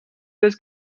das